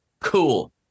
cool